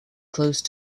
close